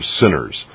sinners